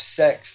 sex